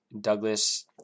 Douglas